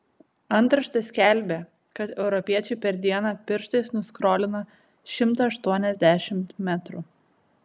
antraštė skelbė kad europiečiai per dieną pirštais nuskrolina šimtą aštuoniasdešimt metrų